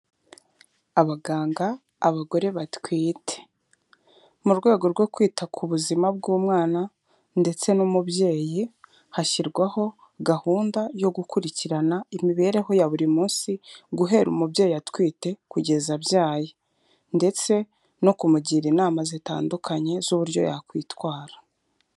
Abaganga, abagore batwite, mu rwego rwo kwita ku buzima bw'umwana ndetse n'umubyeyi, hashyirwaho gahunda yo gukurikirana imibereho ya buri munsi, guhera umubyeyi atwite kugeza abyaye, ndetse no kumugira inama zitandukanye z'uburyo yakwitwara.